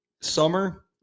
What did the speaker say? Summer